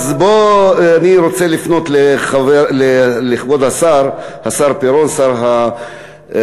אני רוצה לפנות לכבוד השר, השר פירון, שר החינוך.